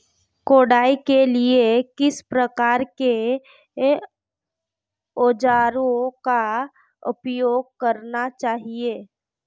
कटाई के लिए किस प्रकार के औज़ारों का उपयोग करना चाहिए?